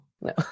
No